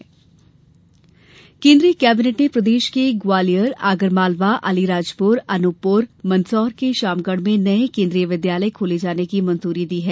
केन्द्रीय विद्यालय केन्द्रीय कैबिनेट ने प्रदेश के ग्वालियर आगरमालवा अलीराजपुर अनूपपुर मंदसौर के शामगढ़ में नये केन्द्रीय विद्यालय खोले जाने की मंजूरी दी है